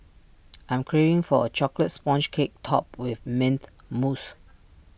I am craving for A Chocolate Sponge Cake Topped with Mint Mousse